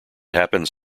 happens